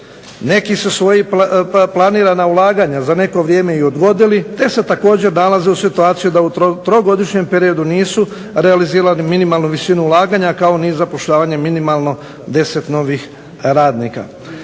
Neki su svoja planirana ulaganja za neko vrijeme i odgodili, te se također nalazi u situaciji da u trogodišnjem periodu nisu realizirali minimalnu visinu ulaganja kao ni zapošljavanje minimalno deset novih radnika.